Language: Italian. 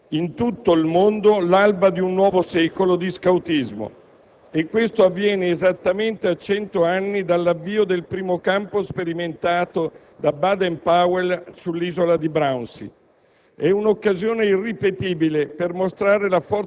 di guide hanno celebrato in tutto il mondo l'alba di un nuovo secolo di scoutismo e questo avviene esattamente a cento anni dall'avvio del primo campo sperimentato da Robert Baden Powell sull'isola di Brownsea.